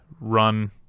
run